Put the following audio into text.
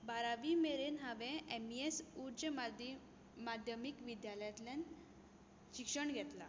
बारावी मेरेन हांवें एम इ एस उच्च माध्यमीक विद्यालयांतल्यान शिक्षण घेतला